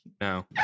No